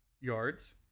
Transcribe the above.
yards